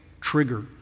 trigger